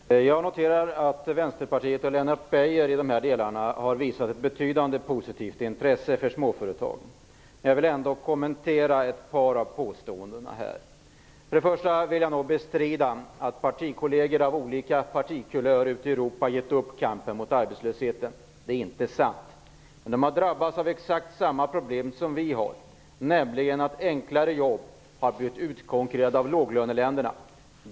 Herr talman! Jag noterar att Vänsterpartiet och Lennart Beijer i dessa delar har visat ett betydande positivt intresse för småföretag. Jag vill ändock kommentera ett par av påståendena här. Till att börja med vill jag nog bestrida att partikolleger av olika partikulörer ute i Europa har gett upp kampen mot arbetslösheten. Det är inte sant. De har drabbats av exakt samma problem som vi, nämligen att enklare jobb har blivit utkonkurrerade av låglöneländerna.